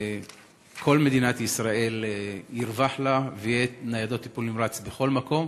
כל מדינת ישראל ירווח לה ויהיו ניידות טיפול נמרץ בכל מקום.